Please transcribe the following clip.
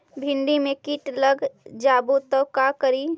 भिन्डी मे किट लग जाबे त का करि?